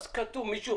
אז תחכו להמשך.